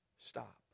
stop